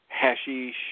hashish